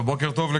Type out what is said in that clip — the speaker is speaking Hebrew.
בוקר טוב,